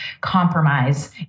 compromise